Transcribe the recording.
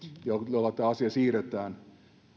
jolla tämä asia siirretään